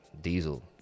Diesel